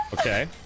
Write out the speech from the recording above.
Okay